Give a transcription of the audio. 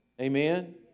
Amen